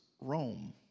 Rome